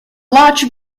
large